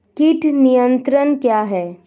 कीट नियंत्रण क्या है?